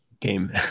game